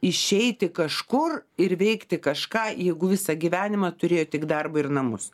išeiti kažkur ir veikti kažką jeigu visą gyvenimą turėjo tik darbą ir namus